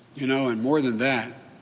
you know, and more than that,